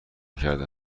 کردم